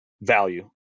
value